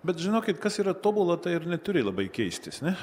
bet žinokit kas yra tobula tai ir neturi labai keistis ne